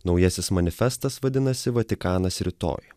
naujasis manifestas vadinasi vatikanas rytoj